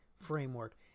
framework